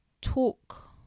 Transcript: talk